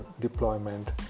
deployment